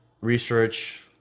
research